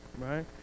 right